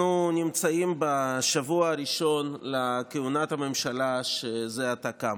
אנחנו נמצאים בשבוע הראשון לכהונת הממשלה שזה עתה קמה.